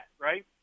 right